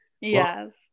Yes